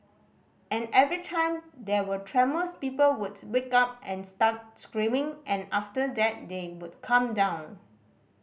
and every time there were tremors people would wake up and start screaming and after that they would calm down